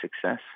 success